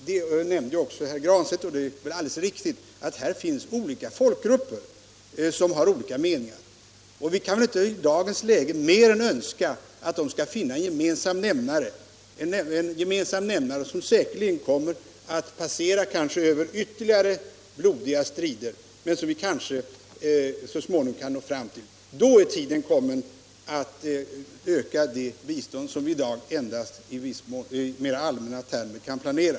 Det nämndes också helt riktigt av herr Granstedt att det finns olika folkgrupper i detta område som har olika meningar. Vi kan i dag inte mer än önska att de skall finna en gemensam nämnare. Det kan säkerligen hinna inträffa ytterligare blodiga strider innan man kanske så småningom når fram till denna. Först då är tiden kommen att öka det bistånd som vi i dag bara i mera allmänna termer kan planera.